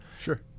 sure